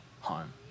home